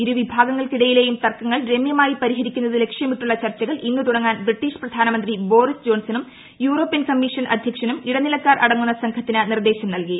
ഇരുവിഭാഗങ്ങൾക്കിടയിലെയും തർക്കങ്ങൾ രമ്യമായി പരിഹരിക്കുന്നത് ലക്ഷ്യമിട്ടുള്ള ചർച്ചകൾ ഇന്ന് തുടങ്ങാൻ ബ്രിട്ടീഷ് പ്രധാനമന്ത്രി ബോറിസ് ജോൺസണും യൂറോപ്യൻ കമ്മീഷൻ അധ്യക്ഷനും ഇടനിലക്കാർ അടങ്ങുന്ന സംഘത്തിന് നിർദ്ദേശം നൽകി